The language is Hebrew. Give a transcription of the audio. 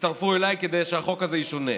יצטרפו אליי כדי שהחוק הזה ישונה.